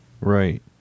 Right